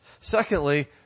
Secondly